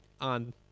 on